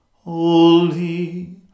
Holy